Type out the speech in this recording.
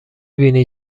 بینی